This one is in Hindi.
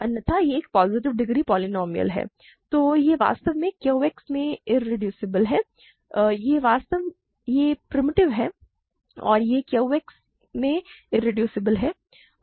अन्यथा यह एक पॉजिटिव डिग्री पोलीनोमिअल है तो यह वास्तव में Q X में इरेड्यूसिबल है यह प्रिमिटिव है और यह Q X में इरेड्यूसेबल है